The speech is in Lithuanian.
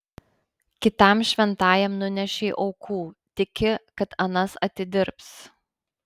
kitam šventajam nunešei aukų tiki kad anas atidirbs